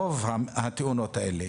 רוב התאונות האלה